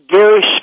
Gary